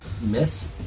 Miss